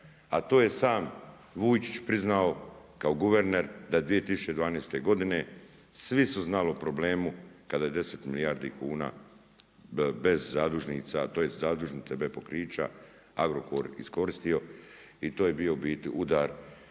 a to je sam Vujčić priznao, kao guverner, da 2012. godine, svi su znali o problemu, kada je 10 milijardi kuna, bez zadužnica, tj. zadužnica bez pokrića Agrokor iskoristio i to je bio u biti udar